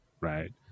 Right